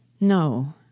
No